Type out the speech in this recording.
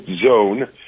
zone